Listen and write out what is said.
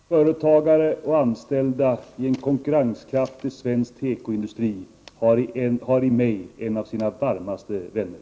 Herr talman! Företagare och anställda inom en konkurrenskraftig svensk tekoindustri har i mig en av sina varmaste vänner.